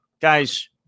Guys